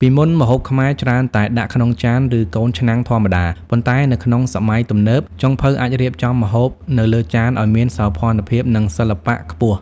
ពីមុន ម្ហូបខ្មែរច្រើនតែដាក់ក្នុងចាន ឬកូនឆ្នាំងធម្មតា ប៉ុន្តែនៅក្នុងសម័យទំនើប ចុងភៅអាចរៀបចំម្ហូបនៅលើចានឲ្យមានសោភ័ណភាព និងសិល្បៈខ្ពស់។